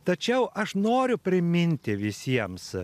tačiau aš noriu priminti visiems